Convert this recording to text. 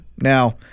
Now